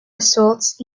results